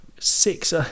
Six